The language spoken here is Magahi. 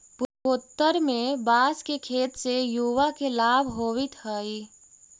पूर्वोत्तर में बाँस के खेत से युवा के लाभ होवित हइ